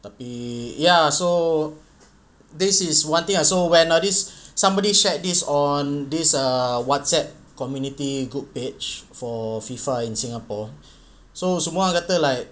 tapi ya so this is one thing I saw where I noticed somebody's shared this on this err whatsapp community group page for FIFA in singapore so semua orang kata like